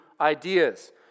ideas